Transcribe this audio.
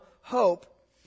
hope